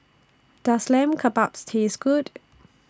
Does Lamb Kebabs Taste Good